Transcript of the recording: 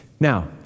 Now